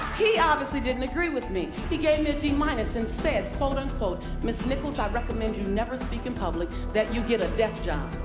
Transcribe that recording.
he obviously didn't agree with me. he gave me a d minus and said, quote unquote, miss nichols, i recommend you never speak in public, that you get a desk job.